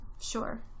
sure